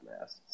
masks